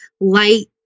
light